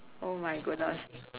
oh my goodness